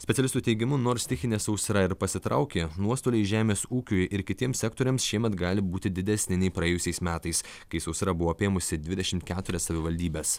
specialistų teigimu nors stichinė sausra ir pasitraukė nuostoliai žemės ūkiui ir kitiems sektoriams šiemet gali būti didesni nei praėjusiais metais kai sausra buvo apėmusi dvidešimt keturias savivaldybes